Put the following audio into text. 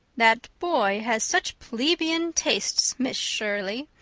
that boy has such plebeian tastes, miss shirley.